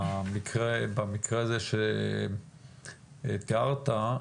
במקרה הזה שאתגרת,